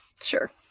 sure